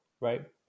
right